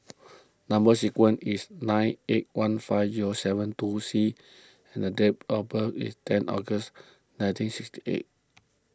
Number Sequence is nine eight one five zero seven two C and the date of birth is ten August nineteen sixty eight